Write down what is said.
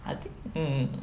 I think mm